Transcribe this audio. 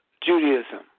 Judaism